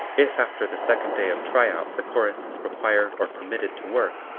if after the second day of tryout the chorus is required or permitted to work,